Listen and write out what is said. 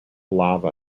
lava